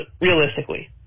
realistically